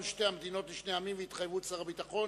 שתי המדינות לשני העמים והתחייבות שר הביטחון